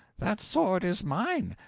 that sword is mine,